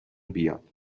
بیاد